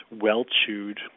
well-chewed